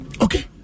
Okay